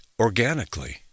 Organically